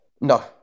No